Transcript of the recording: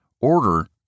order